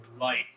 life